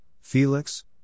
Felix